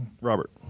Robert